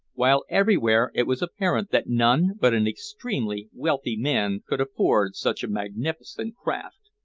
while everywhere it was apparent that none but an extremely wealthy man could afford such a magnificent craft.